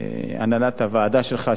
הנהלת הוועדה שלך,